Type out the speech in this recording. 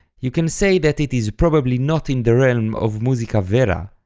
you can say that it is probably not in the realm of musica vera,